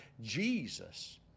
Jesus